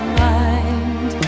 mind